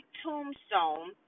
tombstone